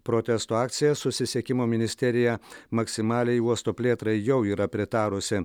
protesto akciją susisiekimo ministerija maksimaliai uosto plėtrai jau yra pritarusi